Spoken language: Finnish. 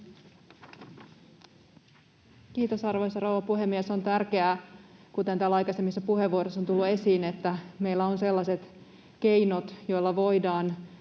Kiitos, arvoisa rouva puhemies! On tärkeää, kuten täällä aikaisemmissa puheenvuoroissa on tullut esiin, että meillä on sellaiset keinot, joilla voidaan